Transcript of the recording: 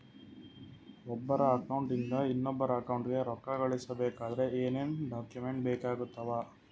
ಒಬ್ಬರ ಅಕೌಂಟ್ ಇಂದ ಇನ್ನೊಬ್ಬರ ಅಕೌಂಟಿಗೆ ರೊಕ್ಕ ಕಳಿಸಬೇಕಾದ್ರೆ ಏನೇನ್ ಡಾಕ್ಯೂಮೆಂಟ್ಸ್ ಬೇಕಾಗುತ್ತಾವ?